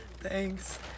Thanks